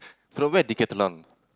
from where decathlon